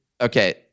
okay